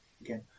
again